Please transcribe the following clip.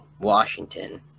Washington